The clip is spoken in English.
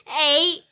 Eight